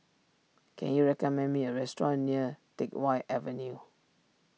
can you recommend me a restaurant near Teck Whye Avenue